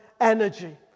energy